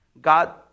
God